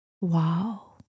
Wow